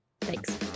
Thanks